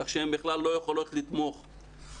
כך שהן בכלל לא יכולות לתמוך בתרבות,